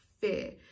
fear